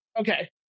okay